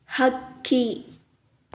ಹಕ್ಕಿ